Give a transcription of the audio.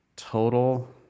Total